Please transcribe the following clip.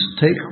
take